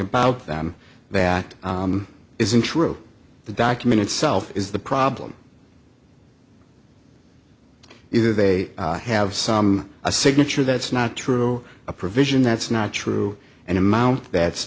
about them that isn't true the document itself is the problem either they have some a signature that's not true a provision that's not true and amount that's